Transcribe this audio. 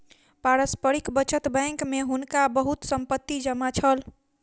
पारस्परिक बचत बैंक में हुनका बहुत संपत्ति जमा छल